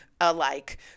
alike